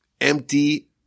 empty